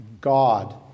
God